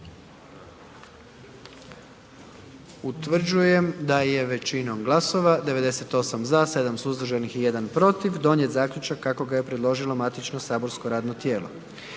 Utvrđujem da je većinom glasova 88 za, 10 glasova protiv donesen zaključak kako ga je predložio matični saborski odbor.